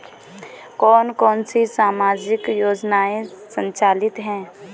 कौन कौनसी सामाजिक योजनाएँ संचालित है?